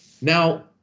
now